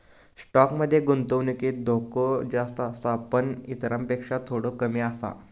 stock मध्ये गुंतवणुकीत धोको जास्त आसा पण इतरांपेक्षा थोडो कमी आसा